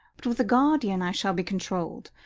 but with a gardion i shall be controlled,